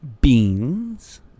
Beans